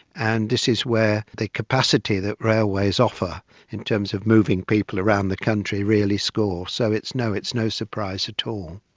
and this is where the capacity that railways offer in terms of moving people around the country really score. so no, it's no surprise at all.